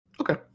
Okay